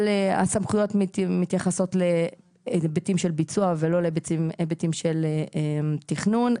כל הסמכויות מתייחסות להיבטים של ביצוע ולא להיבטים של תכנון.